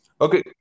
Okay